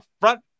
front